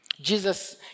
Jesus